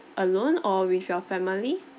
alone or with your family